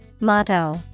Motto